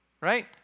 Right